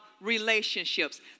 relationships